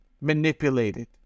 manipulated